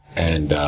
and,